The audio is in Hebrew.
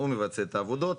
הוא מבצע את העבודות.